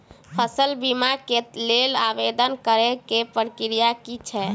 फसल बीमा केँ लेल आवेदन करै केँ प्रक्रिया की छै?